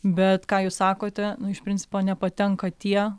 bet ką jūs sakote nu iš principo nepatenka tie